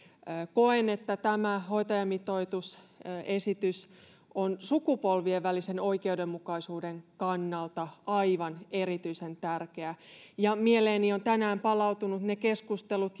koen että tämä hoitajamitoitusesitys on sukupolvien välisen oikeudenmukaisuuden kannalta aivan erityisen tärkeä mieleeni ovat tänään palautuneet ne keskustelut